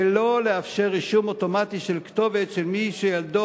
ולא לאפשר רישום אוטומטי של כתובת של מי שילדו